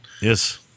Yes